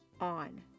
on